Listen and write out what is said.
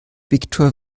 viktor